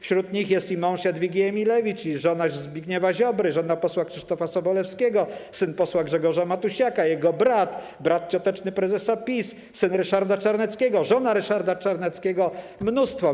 Wśród nich jest mąż Jadwigi Emilewicz, żona Zbigniewa Ziobry, żona posła Krzysztofa Sobolewskiego, syn posła Grzegorza Matusiaka, jego brat, brat cioteczny prezesa PiS, syn Ryszarda Czarneckiego, żona Ryszarda Czarneckiego, mnóstwo osób.